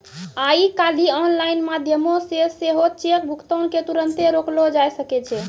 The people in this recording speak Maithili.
आइ काल्हि आनलाइन माध्यमो से सेहो चेक भुगतान के तुरन्ते रोकलो जाय सकै छै